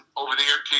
over-the-air